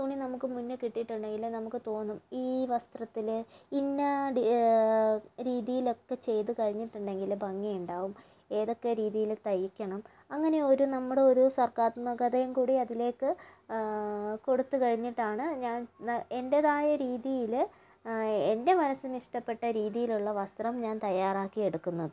തുണി നമുക്ക് മുന്നേ കിട്ടീട്ടുണ്ടെങ്കിൽ നമുക്ക് തോന്നും ഈ വസ്ത്രത്തില് ഇന്ന രീതിയിലൊക്കെ ചെയ്ത് കഴിഞ്ഞിട്ടുണ്ടെങ്കില് ഭംഗിയുണ്ടാവും ഏതൊക്കെ രീതിയില് തയ്ക്കണം അങ്ങനെയൊരു നമ്മുടെ ഒരു സർഗാത്മഗതയും കൂടി അതിലേക്ക് കൊടുത്തു കഴിഞ്ഞിട്ടാണ് ഞാൻ എൻ്റെതായ രീതിയില് എൻ്റെ മനസ്സിന് ഇഷ്ടപ്പെട്ട രീതിയിലുള്ള വസ്ത്രം ഞാൻ തയ്യാറാക്കി എടുക്കുന്നത്